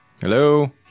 Hello